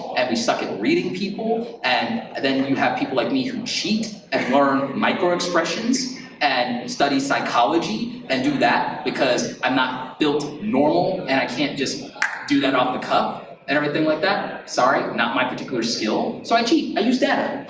and we suck at reading people, and then you have people like me who cheat and learn micro-expressions and study psychology and do that, because i'm not built normal and i can't just do that off the cuff, and everything like that. sorry, not my particular skill. so i cheat i use data.